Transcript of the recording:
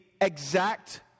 exact